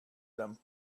them